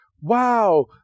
Wow